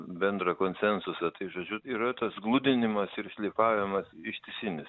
bendrą konsensusą tai žodžiu yra tas gludinimas ir šlifavimas ištisinis